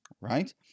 right